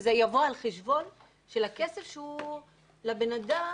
שזה יבוא על חשבון הכסף שהוא לבן אדם